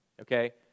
Okay